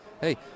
hey